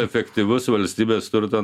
efektyvus valstybės turto